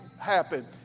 happen